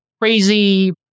crazy